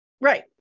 Right